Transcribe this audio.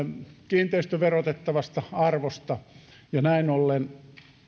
kiinteistöverotettavasta arvosta ja näin ollen